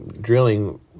drilling